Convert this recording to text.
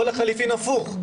או לחלופין הפוך,